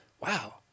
wow